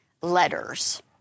letters